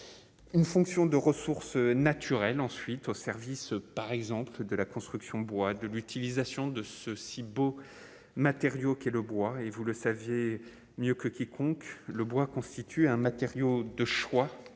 une fonction de ressources naturelles ensuite au service par exemple de la construction bois de l'utilisation de ce si beau matériau qui est le bois et vous le savez mieux que quiconque le bois constitue un matériau de choix